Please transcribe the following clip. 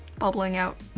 bubbling out,